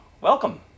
welcome